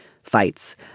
fights